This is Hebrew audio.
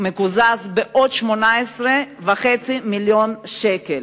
מקוזז בעוד 18.5 מיליון שקל.